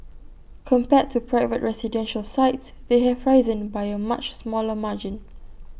compared to private residential sites they have risen by A much smaller margin